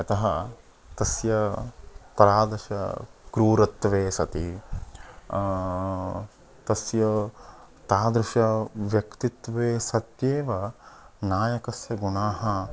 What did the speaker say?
यतः तस्य तादृशः कृरत्वे सति तस्य तादृशः व्यक्तित्वे सत्येव नायकस्य गुणाः